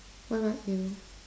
what about you